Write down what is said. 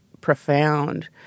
profound